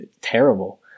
terrible